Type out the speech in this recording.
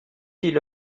ils